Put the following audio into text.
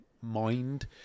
mind